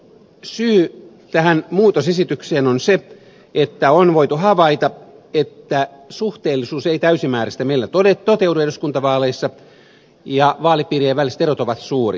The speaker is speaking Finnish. syy tähän muutosesitykseen on se että on voitu havaita että suhteellisuus ei täysimääräisesti meillä toteudu eduskuntavaaleissa ja vaalipiirien väliset erot ovat suuria